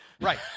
Right